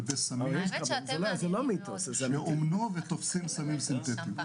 כלבי סמים שאומנו ותופסים סמים סינטטיים.